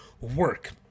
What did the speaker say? work